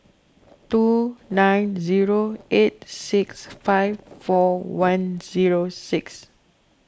two nine zero eight six five four one zero six